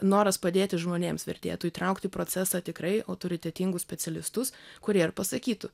noras padėti žmonėms vertėtų įtraukti į procesą tikrai autoritetingus specialistus kurie ir pasakytų